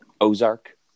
Ozark